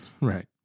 right